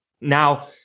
Now